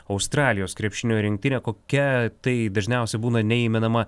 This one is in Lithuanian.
australijos krepšinio rinktinė kokia tai dažniausiai būna neįmenama